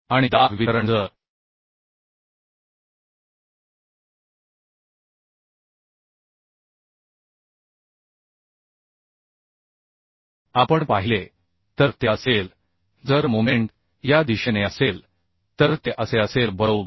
आणि दाब वितरण जर आपण पाहिले तर ते असेल जर मोमेंट या दिशेने असेल तर ते असे असेल बरोबर